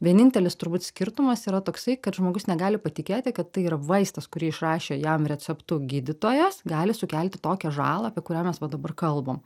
vienintelis turbūt skirtumas yra toksai kad žmogus negali patikėti kad tai yra vaistas kurį išrašė jam receptu gydytojas gali sukelti tokią žalą apie kurią mes va dabar kalbam